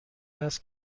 است